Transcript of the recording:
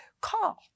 Call